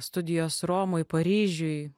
studijos romoj paryžiuj